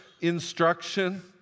instruction